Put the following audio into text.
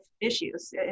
issues